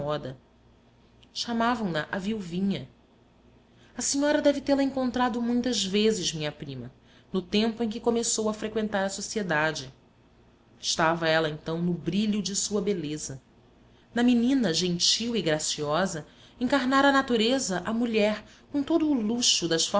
à moda chamavam na a viuvinha a senhora deve tê-la encontrado muitas vezes minha prima no tempo em que começou a freqüentar a sociedade estava ela então no brilho de sua beleza na menina gentil e graciosa encarnara a natureza a mulher com todo o luxo das